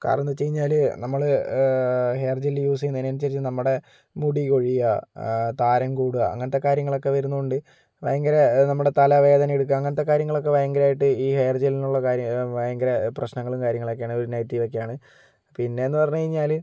കാരണമെന്ന് വെച്ച് കഴിഞ്ഞാല് നമ്മള് ഹെയർ ജെല്ല് യൂസെയ്യുന്നതിനനുസരിച്ച് നമ്മുടെ മുടി കൊഴിയുക താരൻ കൂടുക അങ്ങനത്തെ കാര്യങ്ങളൊക്കെ വരുന്നുണ്ട് ഭയങ്കര നമ്മുടെ തല വേദന എടുക്കും അങ്ങനത്തെ കാര്യങ്ങളൊക്കെ ഭയങ്കരമായിട്ട് ഈ ഹെയർ ജെല്ലിലുള്ള കാര്യങ്ങൾ ഭയങ്കര പ്രശ്നങ്ങളും കാര്യങ്ങളൊക്കെയാണ് ഒരു നെഗറ്റീവൊക്കെയാണ് പിന്നേന്ന് പറഞ്ഞ് കഴിഞ്ഞില്ല